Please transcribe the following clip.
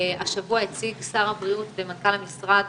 השבוע הציג שר הבריאות ומנכ"ל המשרד